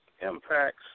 impacts